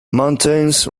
mountains